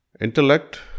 Intellect